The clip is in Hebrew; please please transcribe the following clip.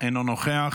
אינו נוכח.